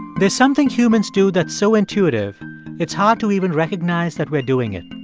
there's something humans do that's so intuitive it's hard to even recognize that we're doing it.